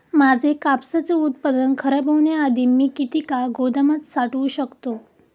माझे कापसाचे उत्पादन खराब होण्याआधी मी किती काळ गोदामात साठवू शकतो?